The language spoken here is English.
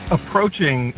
approaching